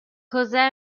josé